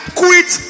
quit